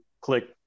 click